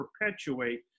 perpetuate